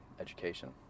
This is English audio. education